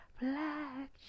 black